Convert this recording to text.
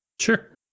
Sure